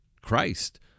Christ